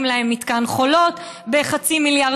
אף אחד לא יקים להם מתקן חולות ב-0.5 מיליארד